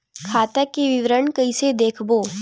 खाता के विवरण कइसे देखबो?